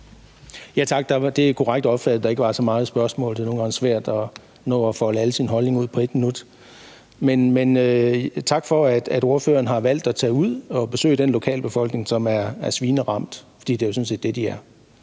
Tak. Det er korrekt opfattet, at det ikke så meget var et spørgsmål. Det er nogle gange svært at nå at folde alle sine holdninger ud på 1 minut. Men tak for, at ordføreren har valgt at tage ud og besøge den lokalbefolkning, som er svineramt, for det er jo sådan set det, de er.